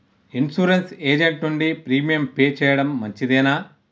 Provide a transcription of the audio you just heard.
Insurance agent నుండి premium pay చేయడం మంచిదేనా?